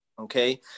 okay